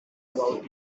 about